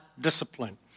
discipline